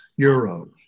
euros